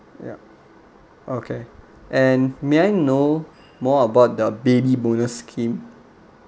ya okay and may I know more about the baby bonus scheme